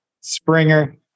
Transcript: springer